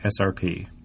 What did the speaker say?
SRP